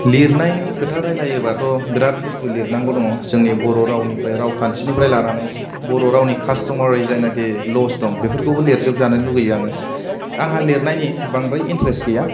लिरनायनि खोथा रायलायो बाथ' बेराद बुसथु लिरनांगौ दङ जोंनि बर'रावनिफ्राय रावखान्थिनिफ्राय लानानै बर'रावनि कास्थ'मारि जायनाखि लवस दं बेफोरखौबो लिरजोब जानो लुबैयो आङो आं हा लिरनायनि बांद्राय इन्थारेसथ' गैया